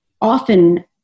often